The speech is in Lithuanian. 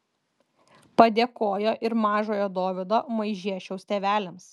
padėkojo ir mažojo dovydo maižiešiaus tėveliams